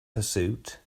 pursuit